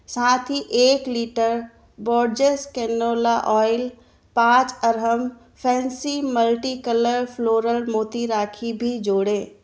साथ ही एक लीटर बोर्जेस कैनोला आयल पाँच अर्हम फैंसी मल्टीकलर फ्लोरल मोती राखी भी जोड़ें